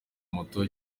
moto